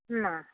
না